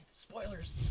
Spoilers